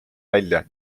välja